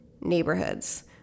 neighborhoods